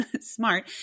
smart